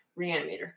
Reanimator